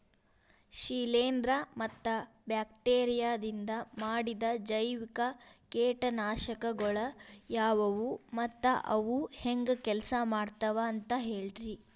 ಶಿಲೇಂಧ್ರ ಮತ್ತ ಬ್ಯಾಕ್ಟೇರಿಯದಿಂದ ಮಾಡಿದ ಜೈವಿಕ ಕೇಟನಾಶಕಗೊಳ ಯಾವ್ಯಾವು ಮತ್ತ ಅವು ಹೆಂಗ್ ಕೆಲ್ಸ ಮಾಡ್ತಾವ ಅಂತ ಹೇಳ್ರಿ?